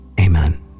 Amen